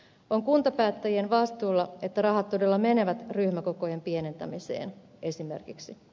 on kuntapäättäjien vastuulla että rahat todella menevät ryhmäkokojen pienentämiseen esimerkiksi